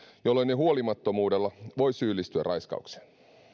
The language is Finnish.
jolloin jo huolimattomuudella voi syyllistyä raiskaukseen